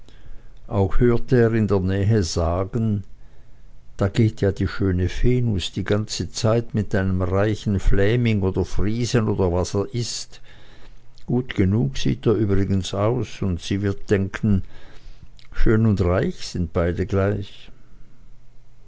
auch hörte er in der nähe sagen da geht ja die schöne venus die ganze zeit mit dem reichen fläming oder friesen oder was er ist gut genug sieht er übrigens aus und sie wird denken schön und reich sind beide gleich